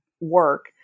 work